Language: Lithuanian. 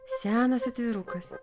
senas atvirukas